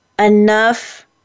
enough